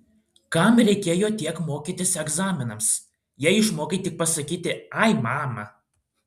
kam reikėjo tiek mokytis egzaminams jei išmokai tik pasakyti ai mama